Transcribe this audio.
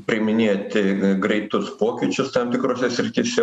priiminėti greitus pokyčius tam tikrose srityse